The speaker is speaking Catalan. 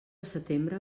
setembre